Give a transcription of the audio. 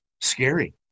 scary